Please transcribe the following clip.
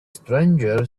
stranger